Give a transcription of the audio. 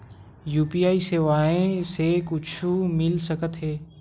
UPI सेवाएं से कुछु मिल सकत हे?